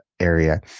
area